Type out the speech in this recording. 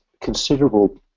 considerable